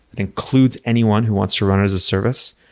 that includes anyone who wants to run as a service.